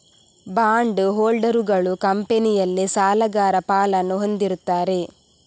bond ಹೋಲ್ಡರುಗಳು ಕಂಪನಿಯಲ್ಲಿ ಸಾಲಗಾರ ಪಾಲನ್ನು ಹೊಂದಿರುತ್ತಾರೆ